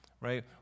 right